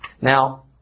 Now